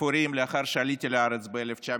ספורים לאחר שעליתי לארץ ב-1999.